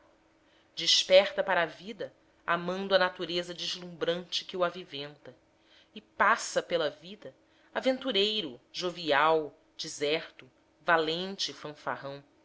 desperta para a vida amando a natureza deslumbrante que o aviventa e passa pela vida aventureiro jovial diserto valente e fanfarrão